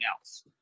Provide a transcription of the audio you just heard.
else